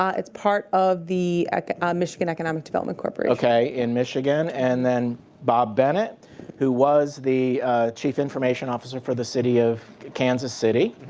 um it's part of the michigan economic development corporation. okay, in michigan. and then bob bennet who was the chief information officer for the city of kansas city.